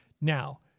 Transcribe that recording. now